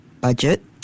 budget